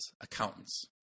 accountants